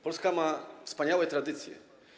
Polska ma wspaniałe tradycje.